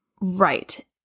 Right